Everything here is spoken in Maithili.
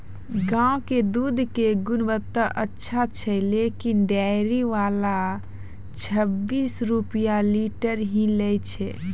गांव के दूध के गुणवत्ता अच्छा छै लेकिन डेयरी वाला छब्बीस रुपिया लीटर ही लेय छै?